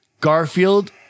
Garfield